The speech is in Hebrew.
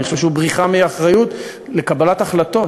אני חושב שהוא בריחה מאחריות לקבלת החלטות.